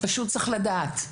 פשוט צריך לדעת,